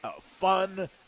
Fun